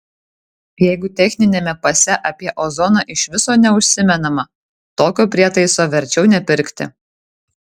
jeigu techniniame pase apie ozoną iš viso neužsimenama tokio prietaiso verčiau nepirkti